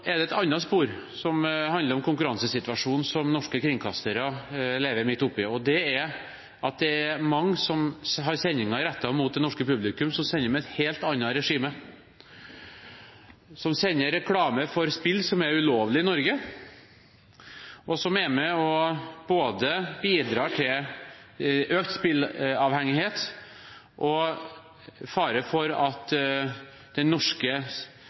er det et annet spor som handler om konkurransesituasjonen som norske kringkastere lever midt oppe i. Det er at det er mange som har sendinger rettet mot det norske publikum, som sender med et helt annet regime, som sender reklame for spill som er ulovlig i Norge, og som er med og bidrar til økt spilleavhengighet og fare for at den norske